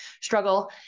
struggle